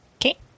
Okay